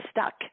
stuck